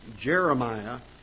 Jeremiah